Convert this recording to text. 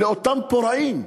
לאותם פורעים?